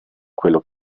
quello